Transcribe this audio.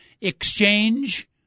exchange